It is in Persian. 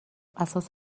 اساس